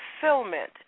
fulfillment